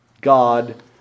God